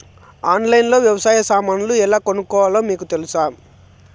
ఆన్లైన్లో లో వ్యవసాయ సామాన్లు ఎలా కొనుక్కోవాలో మీకు తెలుసా?